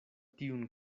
tiun